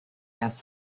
erst